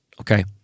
okay